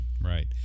right